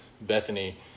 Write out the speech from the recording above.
Bethany